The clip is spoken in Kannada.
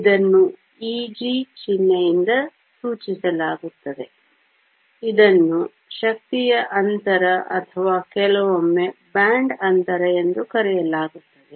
ಇದನ್ನು Eg ಚಿಹ್ನೆಯಿಂದ ಸೂಚಿಸಲಾಗುತ್ತದೆ ಇದನ್ನು ಶಕ್ತಿಯ ಅಂತರ ಅಥವಾ ಕೆಲವೊಮ್ಮೆ ಬ್ಯಾಂಡ್ ಅಂತರ ಎಂದು ಕರೆಯಲಾಗುತ್ತದೆ